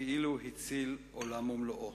כאילו הציל עולם ומלואו.